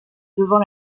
devant